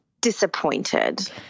disappointed